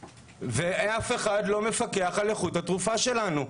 אף אחד לא מפקח על איכות התרופה שלנו.